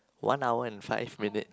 one hour and five minute